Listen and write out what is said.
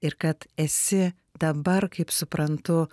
ir kad esi dabar kaip suprantu